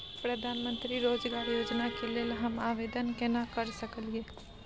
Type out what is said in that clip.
प्रधानमंत्री रोजगार योजना के लेल हम आवेदन केना कर सकलियै?